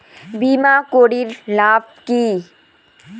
বিমা করির লাভ কি?